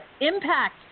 Impact